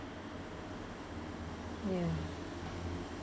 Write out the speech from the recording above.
ya